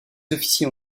officiers